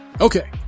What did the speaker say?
Okay